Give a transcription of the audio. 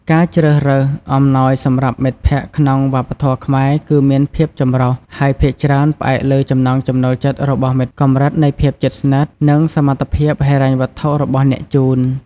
ការជ្រើសរើសអំណោយសម្រាប់មិត្តភក្តិក្នុងវប្បធម៌ខ្មែរគឺមានភាពចម្រុះ ហើយភាគច្រើនផ្អែកលើចំណង់ចំណូលចិត្តរបស់មិត្ត កម្រិតនៃភាពជិតស្និទ្ធ និងសមត្ថភាពហិរញ្ញវត្ថុរបស់អ្នកជូន។